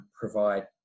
provide